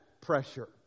pressure